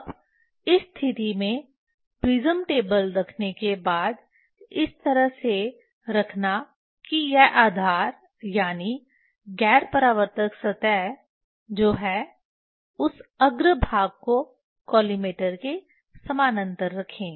अब इस स्थिति में प्रिज्म टेबल रखने के बाद इस तरह से रखना कि यह आधार यानी गैर परावर्तक सतह जो है उस अग्र भाग को कॉलिमेटर के समानांतर रखे